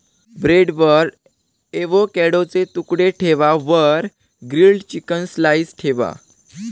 ब्रेडवर एवोकॅडोचे तुकडे ठेवा वर ग्रील्ड चिकन स्लाइस ठेवा